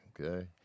Okay